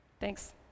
Thanks